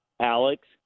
Alex